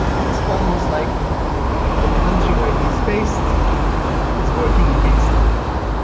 and it's almost like the country where he's based is working against him.